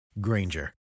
Granger